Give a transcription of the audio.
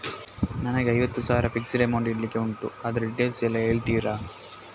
ನನಗೆ ಐವತ್ತು ಸಾವಿರ ಫಿಕ್ಸೆಡ್ ಅಮೌಂಟ್ ಇಡ್ಲಿಕ್ಕೆ ಉಂಟು ಅದ್ರ ಡೀಟೇಲ್ಸ್ ಎಲ್ಲಾ ಹೇಳ್ತೀರಾ?